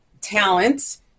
talents